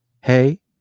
hey